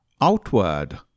Outward